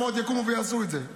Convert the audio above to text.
כי עוד מעט יקומו ויעשו את זה,